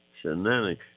shenanigans